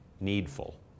needful